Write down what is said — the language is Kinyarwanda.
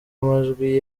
amajwi